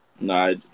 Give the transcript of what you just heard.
No